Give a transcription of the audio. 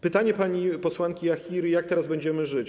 Pytanie pani posłanki Jachiry: Jak teraz będziemy żyć?